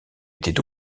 était